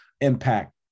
impact